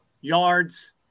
Yards